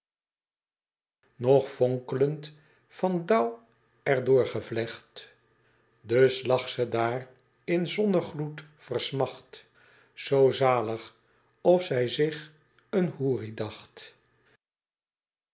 nog fonkelend van dauw er doorgevlecht dus lag ze daar in zonnegloed versmacht zoo zalig of zij zich een houri dacht